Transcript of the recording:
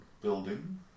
building